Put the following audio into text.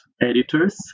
editors